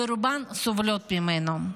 ורובן סובלות ממנו.